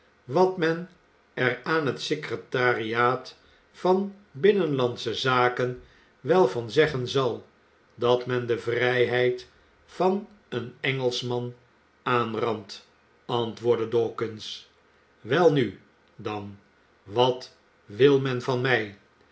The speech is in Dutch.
wat men er aan het secretariaat van binnenlandsche zaken wel van zeggen zal dat men de vrijheid van een engelschman aanrandt antwoordde dawkins welnu dan wat wil men van mij